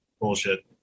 bullshit